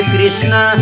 Krishna